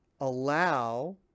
allow